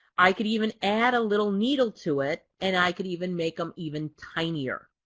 i can even add a little needle to it and i can even make them even tinier.